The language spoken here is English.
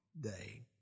day